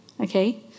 okay